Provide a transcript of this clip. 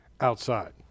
outside